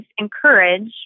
encourage